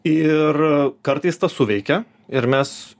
ir kartais tas suveikia ir mes